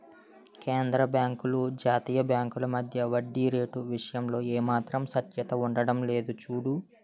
కేంద్రబాంకులు జాతీయ బాంకుల మధ్య వడ్డీ రేటు విషయంలో ఏమాత్రం సఖ్యత ఉండడం లేదు చూడు